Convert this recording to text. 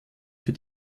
für